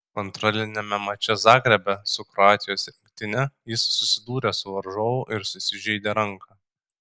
kontroliniame mače zagrebe su kroatijos rinktine jis susidūrė su varžovu ir susižeidė ranką